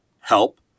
help